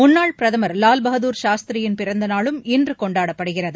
முன்னாள் பிரதமர் லால்பகதுர் சாஸ்திரியின் பிறந்த நாளும் இன்று கொண்டாடப்படுகிறது